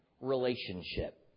relationship